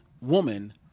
woman